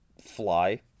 fly